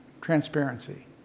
transparency